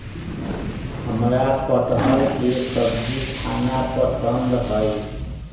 हमरा कठहल के सब्जी खाना पसंद हई